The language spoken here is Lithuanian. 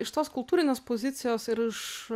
iš tos kultūrinės pozicijos ir iš